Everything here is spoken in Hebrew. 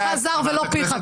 יהללך זר ולא פיך.